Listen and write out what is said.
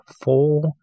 four